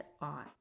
on